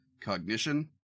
cognition